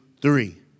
three